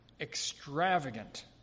extravagant